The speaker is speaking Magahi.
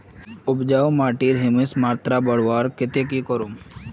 उपजाऊ माटिर ह्यूमस मात्रा बढ़वार केते की करूम?